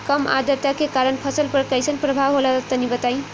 कम आद्रता के कारण फसल पर कैसन प्रभाव होला तनी बताई?